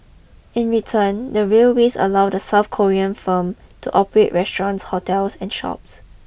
in return the railways allow the South Korean firm to operate restaurants hotels and shops